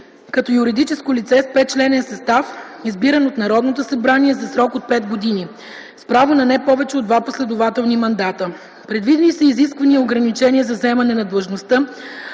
като юридическо лице с петчленен състав, избиран от Народното събрание за срок от 5 години, с право на не повече от два последователни мандата. Предвидени се изисквания и ограничения за заемане на длъжността,